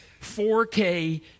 4K